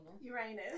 Uranus